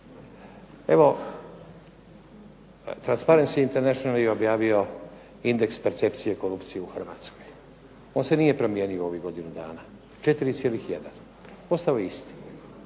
Evo Transparents International je objavio indeks percepcije korupcije u Hrvatskoj. On se nije promijenio u ovih godinu dana 4,1. Ostao je isti.